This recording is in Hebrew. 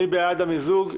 מי בעד המיזוג?